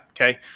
Okay